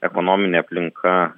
ekonominė aplinka